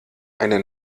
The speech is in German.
eine